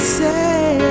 say